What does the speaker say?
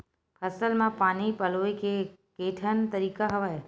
फसल म पानी पलोय के केठन तरीका हवय?